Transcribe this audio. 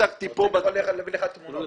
להביא לך תמונות.